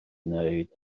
wneud